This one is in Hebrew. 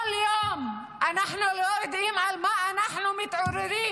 כל יום אנחנו לא יודעים למה אנחנו מתעוררים